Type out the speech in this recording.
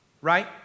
right